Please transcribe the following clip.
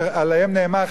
שעליהם נאמר,